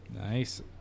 nice